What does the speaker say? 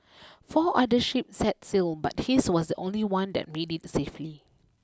four other ships set sail but his was the only one that made it safely